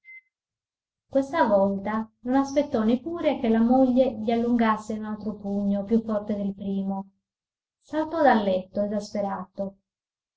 questa volta non aspettò neppure che la moglie gli allungasse un altro pugno più forte del primo saltò dal letto esasperato